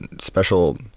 special